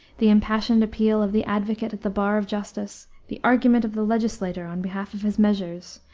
the impassioned appeal of the advocate at the bar of justice, the argument of the legislator on behalf of his measures,